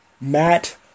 Matt